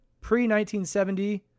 Pre-1970